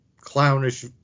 clownish